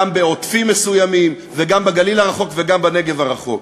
גם בעוטפים מסוימים וגם בגליל הרחוק וגם בנגב הרחוק.